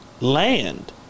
land